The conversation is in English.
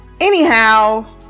anyhow